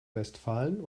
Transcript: westfalen